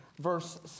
verse